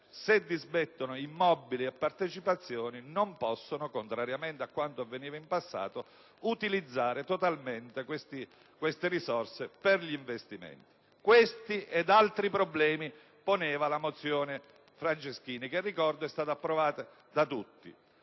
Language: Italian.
se dismettono immobili e partecipazioni non possono, contrariamente a ciò che avveniva in passato, utilizzare totalmente queste risorse per investimenti. Questi ed altri problemi poneva la mozione Franceschini, che - ricordo - è stata approvata da tutti.